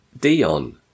Dion